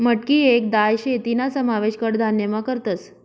मटकी येक दाय शे तीना समावेश कडधान्यमा करतस